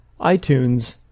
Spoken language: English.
iTunes